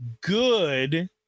good